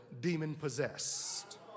demon-possessed